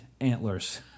antlers